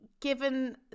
Given